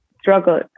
Struggle